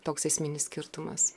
toks esminis skirtumas